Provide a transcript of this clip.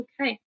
okay